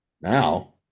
now